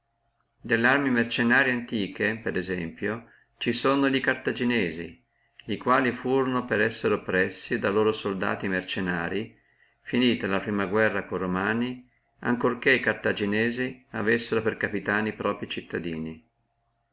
delle arme mercennarie antiche in exemplis sono cartaginesi li quali furono per essere oppressi da loro soldati mercennarii finita la prima guerra con omani ancora che cartaginesi avessino per capi loro proprii cittadini